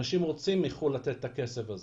אנשים מחו"ל רוצים לתת את הכסף הזה.